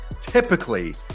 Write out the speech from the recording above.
typically